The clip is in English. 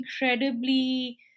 incredibly